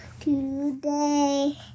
today